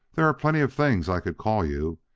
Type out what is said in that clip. there are plenty of things i could call you!